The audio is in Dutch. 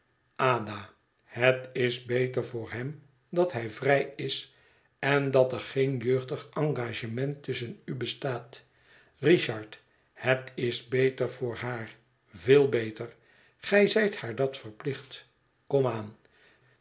het is beter voor hem dat hij vrij is en dat er geen jeugdig engagement tusschen u bestaat richard het is beter voor haar veel beter gij zijt haar dat verplicht